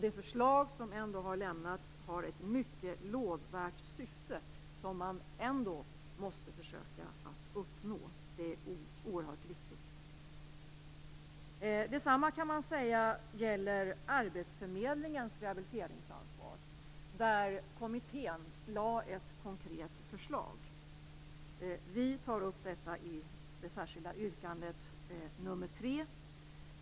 Det förslag som har lagts fram har ett mycket lovvärt syfte, som man ändå måste försöka uppnå. Det är oerhört viktigt. Detsamma gäller arbetsförmedlingens rehabiliteringsansvar. Sjuk och arbetsskadekommittén har lagt fram ett konkret förslag. Vi tar upp det i det särskilda yttrandet nr 3.